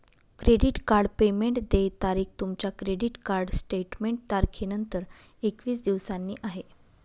credit card payment देय तारीख तुमच्या क्रेडिट कार्ड स्टेटमेंट तारखेनंतर एकवीस दिवसांनी आहे